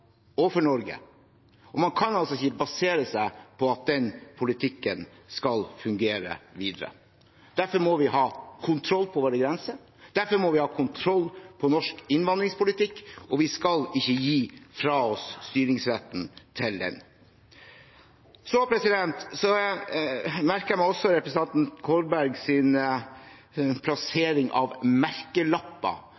og for Norge. Man kan altså ikke basere seg på at den politikken skal fungere videre. Derfor må vi ha kontroll på grensene våre, derfor må vi ha kontroll på norsk innvandringspolitikk, og vi skal ikke gi fra oss styringsretten til den. Jeg merker meg også representanten